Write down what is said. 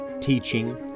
Teaching